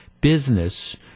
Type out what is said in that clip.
business